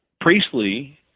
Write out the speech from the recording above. Priestley